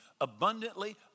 abundantly